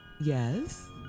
Yes